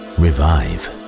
revive